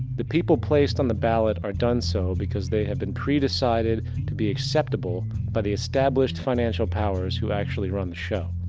the people placed on the ballot are done so because they have been pre-decided to be acceptable by the established financial powers who actually run the show.